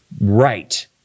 Right